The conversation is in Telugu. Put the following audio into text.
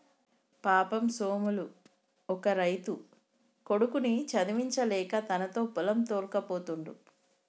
పాపం సోములు బక్క రైతు కొడుకుని చదివించలేక తనతో పొలం తోల్కపోతుండు